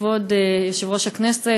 כבוד יושב-ראש הכנסת,